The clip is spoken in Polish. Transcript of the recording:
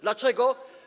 Dlaczego?